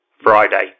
Friday